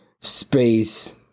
space